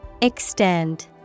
Extend